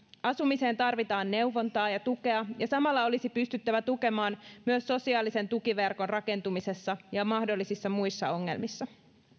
asumiseen tarvitaan neuvontaa ja tukea ja samalla olisi pystyttävä tukemaan myös sosiaalisen tukiverkon rakentumisessa ja mahdollisissa muissa ongelmissa